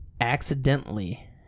accidentally